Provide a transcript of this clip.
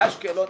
אשקלון,